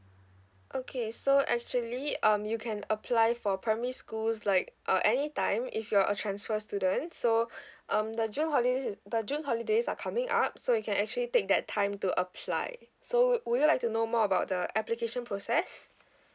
okay so actually um you can apply for primary schools like uh any time if you are a transfer student so um the june holidays is the june holidays are coming up so you can actually take that time to apply so would you like to know more about the application process